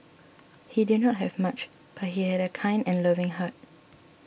he did not have much but he had a kind and loving heart